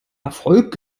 erfolg